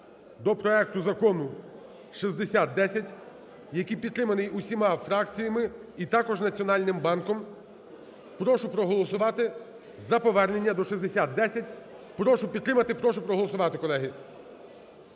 до проекту закону 6010, який підтриманий усіма фракціями і також Національним банком. Прошу проголосувати за повернення до 6010. Прошу підтримати, прошу проголосувати, колеги.